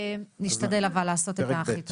נשתדל אבל לעשות את ההכי טוב.